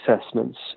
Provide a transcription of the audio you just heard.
assessments